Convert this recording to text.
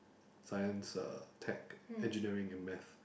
science ah tech engineering and math